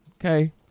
okay